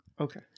Okay